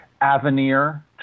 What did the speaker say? Avenir